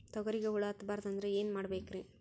ತೊಗರಿಗ ಹುಳ ಹತ್ತಬಾರದು ಅಂದ್ರ ಏನ್ ಮಾಡಬೇಕ್ರಿ?